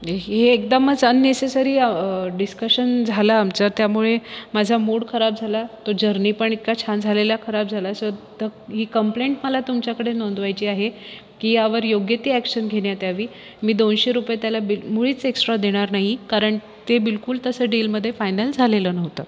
हे एकदमच unnecessary discussion झालं आमचं त्यामुळे माझा मूड खराब झाला तो जर्नी पण इतका छान झालेला खराब झाला सो ही कंप्लेंट मला तुमच्याकडे नोंदवायची आहे की यावर योग्य ती ॲक्शन घेण्यात यावी मी दोनशे रुपये त्याला बिल मुळीच एक्स्ट्रा देणार नाही कारण ते बिलकुल तसं डीलमध्ये फायनल झालेलं नव्हतं